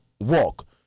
walk